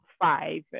five